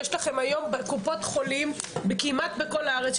יש לכם היום קופות חולים כמעט בכל הארץ,